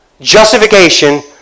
justification